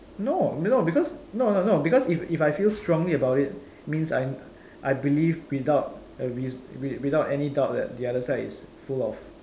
no middle because no no no because if if I feel strongly about it means I I believe without a reaso~ without any doubt that the other side is full of